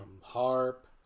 Harp